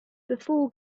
before